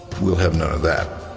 we'll have none of that.